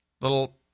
little